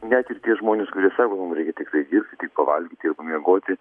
net ir tie žmonės kurie sako mum reikia tiktai dirbti tik pavalgyti ir pamiegoti